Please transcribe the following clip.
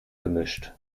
gemischt